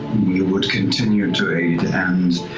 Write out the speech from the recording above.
we would continue to aid and